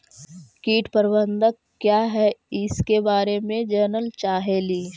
कीट प्रबनदक क्या है ईसके बारे मे जनल चाहेली?